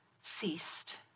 ceased